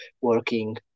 working